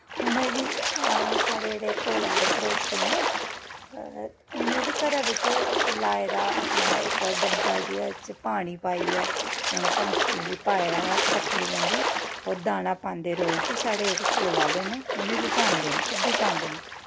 उ'नें बी साढ़े जेह्ड़े कोल आह्ले पड़ोसी न उ'नें बी घरै बिच्च लाए दा अपनै इक डब्बा जेहा च पानी पाइयै उ'नैं पंज छें गी पाए दा पक्खरुएं गी ओह् दाना पांदे रोज साढ़े जेह्ड़े कोल आह्ले न उ'नें बी पांदे न ओह् बी पांदे न